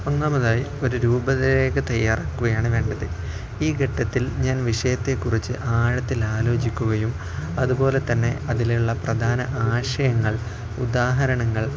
ഒന്നാമതായി ഒരു രൂപരേഖ തയ്യാറാക്കുകയാണ് വേണ്ടത് ഈ ഘട്ടത്തിൽ ഞാൻ വിഷയത്തെക്കുറിച്ച് ആഴത്തില് ആലോചിക്കുകയും അതുപോലെ തന്നെ അതിലുള്ള പ്രധാന ആശയങ്ങൾ ഉദാഹരണങ്ങൾ